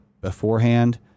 beforehand